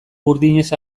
burdinez